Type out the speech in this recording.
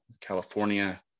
California